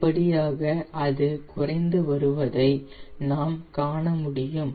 படிப்படியாக அது குறைந்து வருவதை நாம் காணமுடியும்